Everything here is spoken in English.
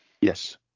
Yes